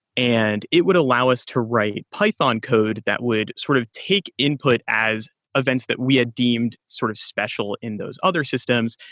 and it would allow us to write python code that would sort of take input as events that we had deemed sort of special in those other systems,